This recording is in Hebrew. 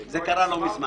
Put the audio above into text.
זה קרה לא מזמן.